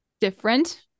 different